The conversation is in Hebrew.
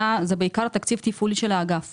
בעיקר תקציב תפעולי של האגף